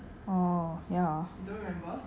don't remember but okay